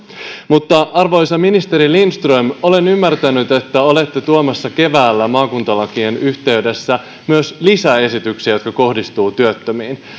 mutta arvoisa ministeri lindström olen ymmärtänyt että olette tuomassa keväällä maakuntalakien yhteydessä myös lisäesityksiä jotka kohdistuvat työttömiin